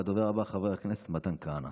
והדובר הבא, חבר הכנסת מתן כהנא.